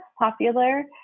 popular